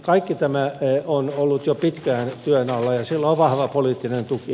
kaikki tämä on ollut jo pitkään työn alla ja sillä on vahva poliittinen tuki